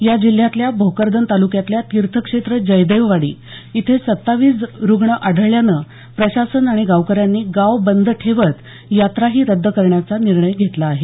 या जिल्ह्यातल्या भोकरदन तालुक्यातल्या तीर्थक्षेत्र जयदेववाडी इथे सत्तावीस रुग्ण आढळल्यानं प्रशासन आणि गावकऱ्यांनी गाव बंद ठवत यात्राही रद्द करण्याचा निर्णय घेतला आहे